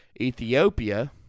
Ethiopia